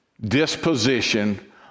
disposition